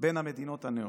בין המדינות הנאורות.